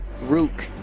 Rook